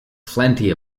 plenty